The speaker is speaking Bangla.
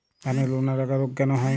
ধানের লোনা লাগা রোগ কেন হয়?